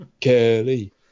Kelly